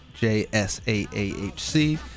JSAAHC